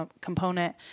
component